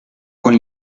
con